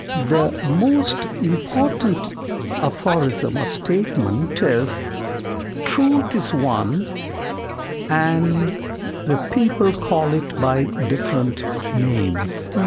the most important aphorism or statement is truth is one and the people call it by different names.